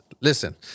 listen